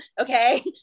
okay